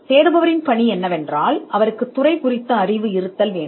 எனவே தேடல் பணி டொமைன் அறிவை அறிந்திருக்க வேண்டும்